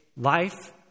life